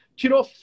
tirou